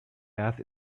earth